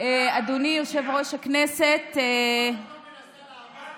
אדוני היושב-ראש, לפחות את לא מנסה להרוס את